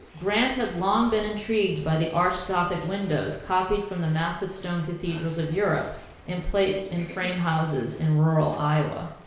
grant had long been intrigued by the arched gothic windows copied from the massive stone cathedrals of europe and placed in frame houses in rural iowa.